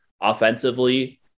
offensively